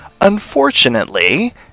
Unfortunately